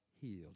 healed